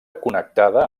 connectada